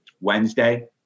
Wednesday